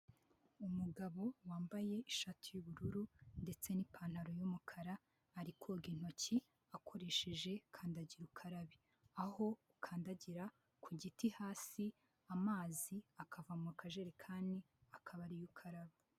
Umugabo wambaye ishati y'ubururu ndetse n'ipantaro y'umukara ari koga intoki akoresheje kandagira ukarabe, aho ukandagira ku giti hasi, amazi akava mu kajerekani akaba ari yo ukaraba.